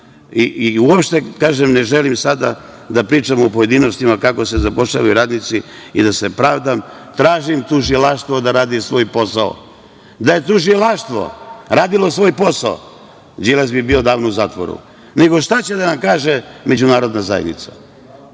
mnom. Uopšte ne želim sada da pričam o pojedinostima kako se zapošljavaju radnici i da se pravdam, tražim od tužilaštva da radi svoj posao. Da je tužilaštvo radilo svoj posao, Đilas bi odavno bio u zatvoru. Nego – šta će da nam kaže međunarodna zajednica.